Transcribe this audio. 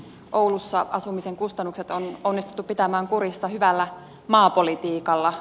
oulussa asumisen kustannukset on onnistuttu pitämään kurissa hyvällä maapolitiikalla